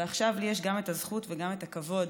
ועכשיו לי יש גם את הזכות וגם את הכבוד